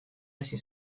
hasi